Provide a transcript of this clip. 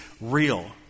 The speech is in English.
real